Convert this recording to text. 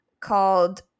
called